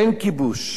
אין כיבוש,